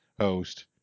host